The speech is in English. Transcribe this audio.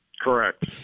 Correct